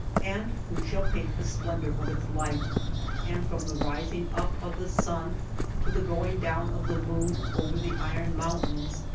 and who shall paint the splendor of its light and from the rising up of the sun to the going down of the moon over the iron mountains,